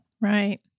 Right